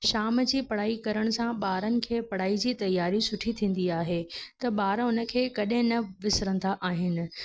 शाम जी पढ़ाई करण सां ॿारनि खे पढ़ाई जी तयारी सुठी थींदी आहे त ॿार उन खे कॾहिं न विसिरंदा आहिनि